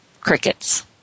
crickets